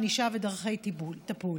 ענישה ודרכי טיפול),